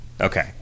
Okay